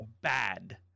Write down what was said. bad